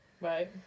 Right